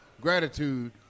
Gratitude